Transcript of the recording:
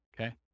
Okay